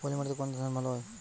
পলিমাটিতে কোন ধান ভালো হয়?